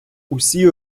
усі